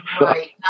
Right